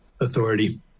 authority